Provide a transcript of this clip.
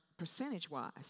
percentage-wise